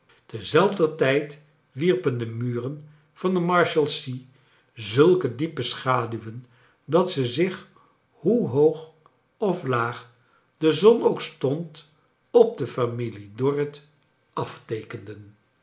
geduld terzelfder tijd wierpen de muren van de marshalsea zulke diepe schadnwen dat ze zich hoe hoog of laag de zon ook stond op de familie dorrit afteekeaden